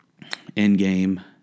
Endgame